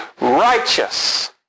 righteous